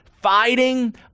fighting